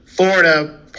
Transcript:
Florida